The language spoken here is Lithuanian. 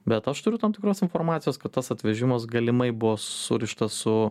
bet aš turiu tam tikros informacijos kad tas atvežimas galimai buvo surištas su